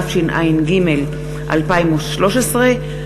התשע"ג 2013,